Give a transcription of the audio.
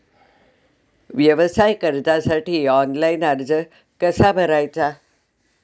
व्यवसाय कर्जासाठी ऑनलाइन अर्ज कसा भरायचा?